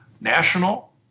national